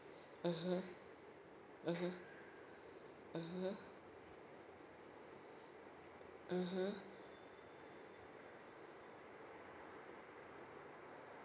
mmhmm mmhmm mmhmm mmhmm